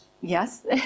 Yes